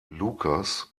lukas